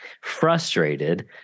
frustrated